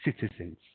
citizens